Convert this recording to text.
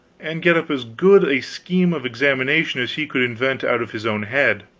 and get up as good a scheme of examination as he could invent out of his own head.